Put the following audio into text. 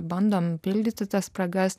bandoma užpildyti tas spragas